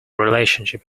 relationship